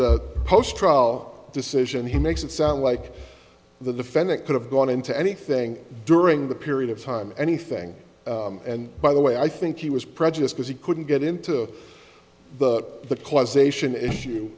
the post trial decision he makes it sound the defendant could have gone into anything during the period of time anything and by the way i think he was prejudice because he couldn't get into the the causation